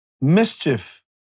Mischief